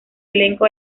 elenco